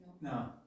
No